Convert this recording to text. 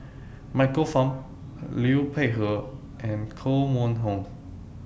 Michael Fam Liu Peihe and Koh Mun Hong